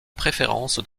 préférence